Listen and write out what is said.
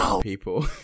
people